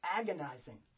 agonizing